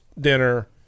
dinner